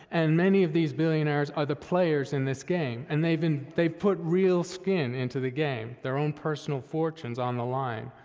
and many of these billionaires are the players in this game, and they've, they've put real skin into the game, their own personal fortunes on the line.